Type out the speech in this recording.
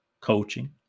coaching